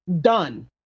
done